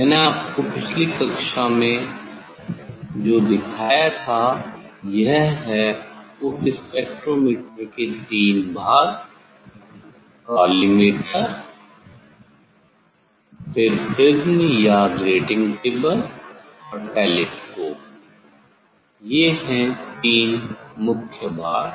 मैंने आपको पिछली क्लास में जो दिखाया था यह है उस स्पेक्ट्रोमीटर के तीन भाग कॉलीमेटर फिर प्रिज़्म या ग्रेटिंग टेबल और टेलीस्कोप ये है तीन मुख्य भाग